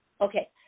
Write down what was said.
Okay